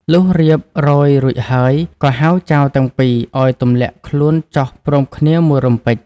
លុះរៀបរយរួចហើយ ក៏ហៅចៅទាំងពីរឱ្យទម្លាក់ខ្លួនចុះព្រមគ្នាមួយរំពេច។